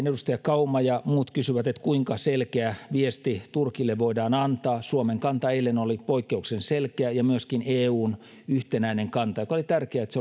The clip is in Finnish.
edustaja kauma ja muut kysyivät kuinka selkeä viesti turkille voidaan antaa suomen kanta eilen oli poikkeuksellisen selkeä ja myöskin eun yhtenäinen kanta ja oli tärkeää että